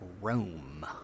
Rome